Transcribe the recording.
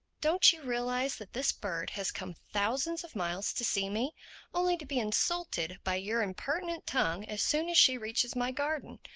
don't you realize that this bird has come thousands of miles to see me only to be insulted by your impertinent tongue as soon as she reaches my garden?